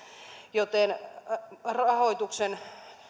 joten rahoituksen